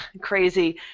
crazy